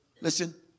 Listen